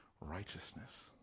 righteousness